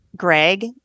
greg